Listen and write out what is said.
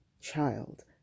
child